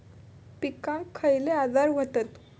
पिकांक खयले आजार व्हतत?